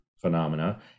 phenomena